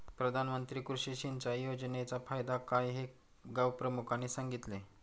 प्रधानमंत्री कृषी सिंचाई योजनेचा फायदा काय हे गावप्रमुखाने सांगितले